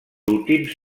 últims